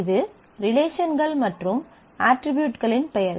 இது ரிலேஷன்கள் மற்றும் அட்ரிபியூட்களின் பெயர்கள்